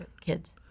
kids